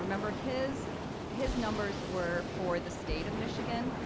remember his his numbers were for the state of michigan.